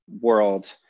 world